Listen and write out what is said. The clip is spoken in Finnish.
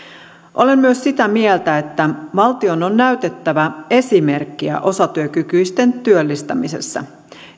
olen myös sitä mieltä että valtion on näytettävä esimerkkiä osatyökykyisten työllistämisessä